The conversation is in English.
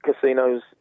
casinos